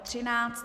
13.